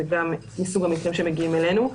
זה גם מסוג המקרים שמגיעים אלינו.